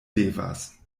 devas